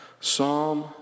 Psalm